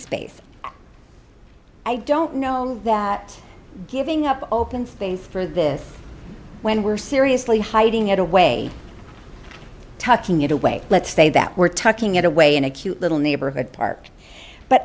space i don't know that giving up open space for this when we're seriously hiding it away tucking it away let's say that we're tucking it away in a cute little neighborhood park but